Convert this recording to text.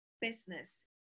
business